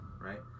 Right